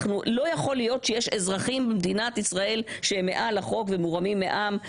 לא יכול להיות שיש אזרחים במדינת ישראל שהם מעל החוק ומורמים מעם.